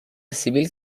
سیبیل